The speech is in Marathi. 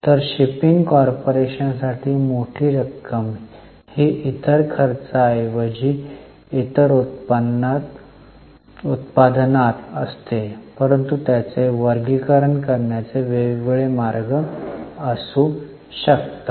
तर शिपिंग कॉर्पोरेशनसाठी मोठी रक्कम ही इतर खर्चाऐवजी इतर उत्पादनात असते परंतु त्याचे वर्गीकरण करण्याचे वेगवेगळे मार्ग असू शकतात